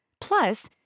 Plus